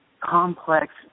complex